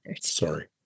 Sorry